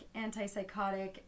antipsychotic